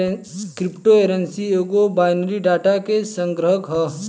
crypto currency एगो binary data के संग्रह ह